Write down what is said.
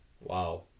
Wow